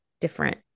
different